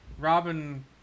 Robin